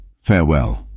farewell